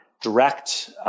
direct